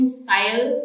style